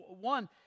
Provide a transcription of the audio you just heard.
One